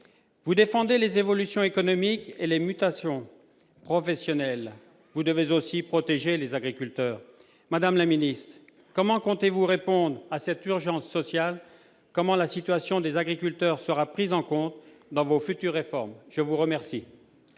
Vous défendez les évolutions économiques et les mutations professionnelles. Vous devez aussi protéger les agriculteurs. Madame la ministre, comment comptez-vous répondre à cette urgence sociale ? Comment la situation des agriculteurs sera-t-elle prise en compte dans vos futures réformes ? La parole